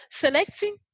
selecting